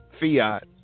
fiat